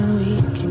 weak